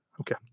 Okay